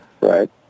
Right